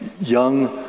young